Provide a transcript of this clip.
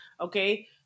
okay